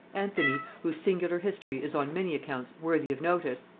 anthony, whose singular history is on many accounts worthy of notice,